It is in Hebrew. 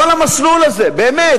כל המסלול הזה, באמת.